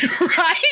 Right